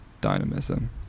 dynamism